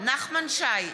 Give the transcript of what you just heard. נחמן שי,